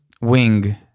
wing